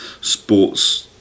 sports